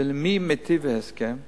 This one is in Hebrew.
עם מי ההסכם מיטיב?